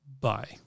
Bye